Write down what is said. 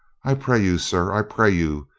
i pray you, sir, i pray you,